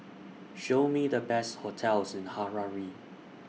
Show Me The Best hotels in Harare